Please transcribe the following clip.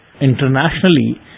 internationally